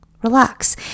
relax